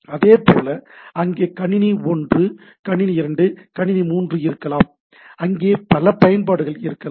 அதைப்போல அங்கே கணினி 1 கணினி 2 கணினி 3 இருக்கலாம் அங்கே பல பயன்பாடுகள் இருக்கலாம்